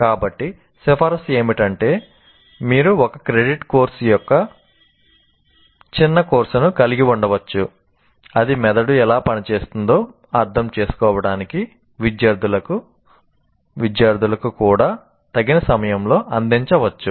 కాబట్టి సిఫారసు ఏమిటంటే మీరు ఒక క్రెడిట్ కోర్సు యొక్క చిన్న కోర్సును కలిగి ఉండవచ్చు అది మెదడు ఎలా పనిచేస్తుందో అర్థం చేసుకోవడానికి విద్యార్థులకు విద్యార్థులకు కూడా తగిన సమయంలో అందించవచ్చు